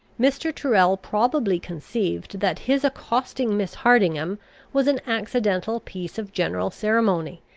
mr. tyrrel probably conceived that his accosting miss hardingham was an accidental piece of general ceremony,